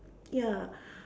ya